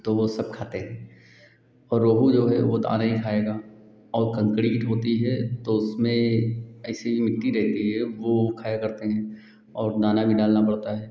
तो वह सब खाती है तो रोहू जो है वह दाना ही खाएगी और कन्क्रीट होती है तो उसमें ऐसी मिट्टी रहती है वह खाया करती है और दाना भी डालना पड़ता है